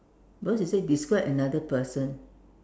because you say describe another person